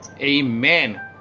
amen